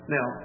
Now